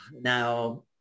Now